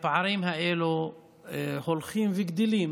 הפערים האלה הולכים וגדלים.